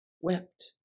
wept